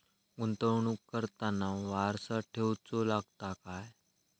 गुंतवणूक करताना वारसा ठेवचो लागता काय?